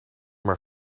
maar